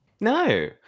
No